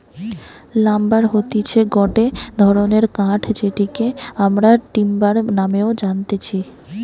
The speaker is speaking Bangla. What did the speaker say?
লাম্বার হতিছে গটে ধরণের কাঠ যেটিকে আমরা টিম্বার নামেও জানতেছি